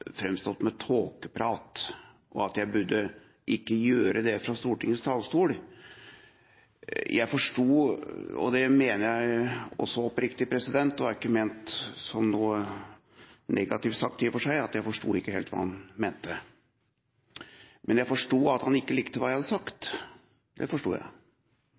framstått med «tåketale», og at jeg ikke burde gjøre det fra Stortingets talerstol. Jeg forsto – og det mener jeg også oppriktig, det er i og for seg ikke ment som noe negativt – ikke hva han mente. Jeg forsto at han ikke likte det jeg hadde sagt – det forsto jeg.